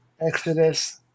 Exodus